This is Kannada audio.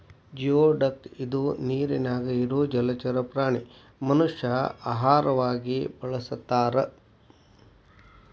ಜಿಯೊಡಕ್ ಇದ ನೇರಿನ್ಯಾಗ ಇರು ಜಲಚರ ಪ್ರಾಣಿ ಮನಷ್ಯಾ ಆಹಾರವಾಗಿ ಬಳಸತಾರ